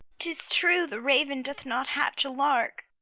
tis true, the raven doth not hatch a lark.